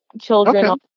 children